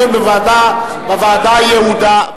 אם זה יעבור יהיה בוודאי דיון בוועדה היעודה.